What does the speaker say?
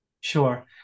Sure